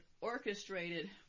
orchestrated